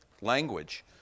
language